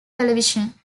television